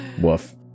Woof